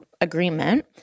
agreement